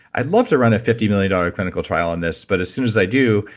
i'd love to run a fifty million dollars clinical trial on this, but as soon as i do,